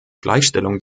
gleichstellung